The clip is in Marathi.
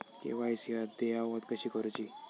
के.वाय.सी अद्ययावत कशी करुची?